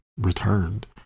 returned